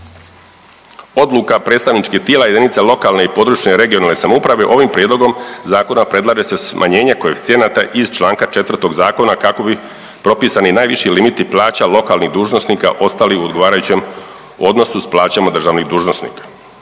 odluka predstavničkih tijela jedinica lokalne i područne (regionalne) samouprave, ovim Prijedlogom zakona predlaže se smanjenje koeficijenata iz čl. 4 Zakona kako bi propisani najviši limiti plaća lokalnih dužnosnika ostali u odgovarajućem odnosu s plaćama državnih dužnosnika.